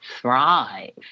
thrive